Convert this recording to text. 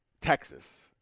Texas